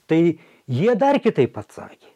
tai jie dar kitaip atsakė